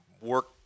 work